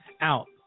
out